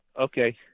Okay